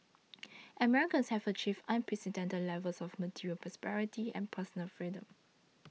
Americans have achieved unprecedented levels of material prosperity and personal freedom